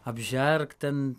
apžerkt ten